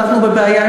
אנחנו בבעיה,